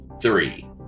three